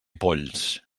polls